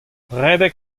redek